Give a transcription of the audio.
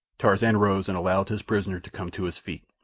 tarzan rose and allowed his prisoner to come to his feet.